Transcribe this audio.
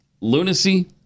lunacy